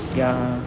ya